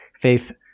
Faith